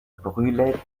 brûlait